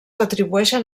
atribueixen